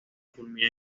culmina